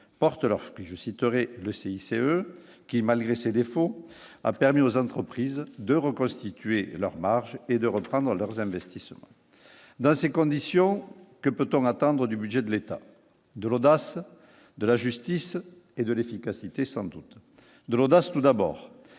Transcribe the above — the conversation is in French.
portent leurs fruits, je citerai le CICE qui, malgré ses défauts, a permis aux entreprises de reconstituer leurs marges et de reprendre leurs investissements dans ces conditions, que peut on attendre du budget de l'État de l'audace de la justice et de l'efficacité sans doute de l'audace, tout d'abord